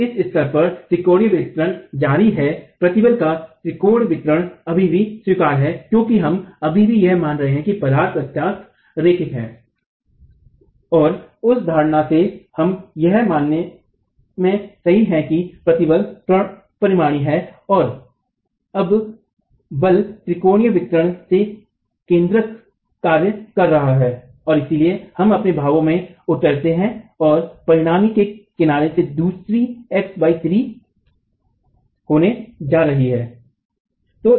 तो इस स्तर पर त्रिकोणीय वितरण जारी है प्रतिबल का त्रिकोण वितरण अभी भी स्वीकार्य है क्योंकि हम अभी भी यह मान रहे हैं कि पदार्थ प्रत्यास्थ रैखिक है और उस धारणा से हम यह मानने में सही हैं कि प्रतिबल परिणामी है अब बल त्रिकोणीय वितरण के केन्द्रक कार्य कर रहा है और इसलिए हम अपने भावों में उतरते हैं और परिणामी के किनारे से दूरी x 3 होने जा रही है